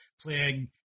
playing